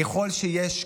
ככל שיש קושי,